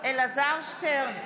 אלעזר שטרן,